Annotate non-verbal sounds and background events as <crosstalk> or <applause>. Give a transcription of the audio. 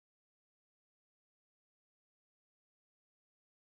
<unintelligible>